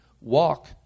Walk